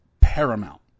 paramount